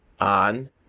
on